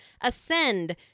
Ascend